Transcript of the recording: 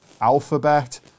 Alphabet